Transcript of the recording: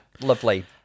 Lovely